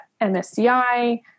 MSCI